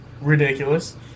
ridiculous